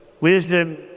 Wisdom